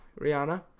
Rihanna